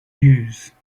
use